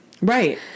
Right